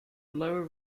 low